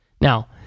Now